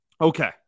Okay